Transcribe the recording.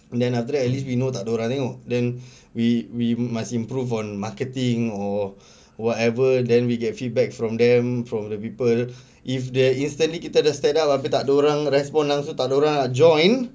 and then after that at least we know takde orang tengok then we we must improve on marketing or whatever then we get feedback from them from the people if there instantly kita ada stand up tapi takde orang respond langsung takde orang nak join